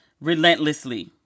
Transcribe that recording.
relentlessly